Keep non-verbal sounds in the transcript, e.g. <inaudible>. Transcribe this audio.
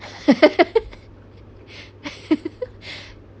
<laughs>